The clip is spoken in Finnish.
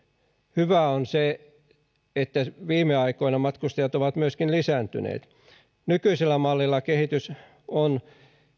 hyvää on se että viime aikoina matkustajat ovat myöskin lisääntyneet nykyisellä mallilla kehitys on